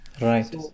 Right